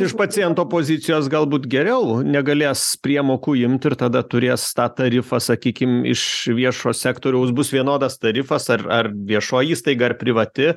iš paciento pozicijos galbūt geriau negalės priemokų imt ir tada turės tą tarifą sakykim iš viešo sektoriaus bus vienodas tarifas ar ar viešoji įstaiga ar privati